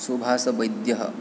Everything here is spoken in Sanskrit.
सुभाषवैद्यः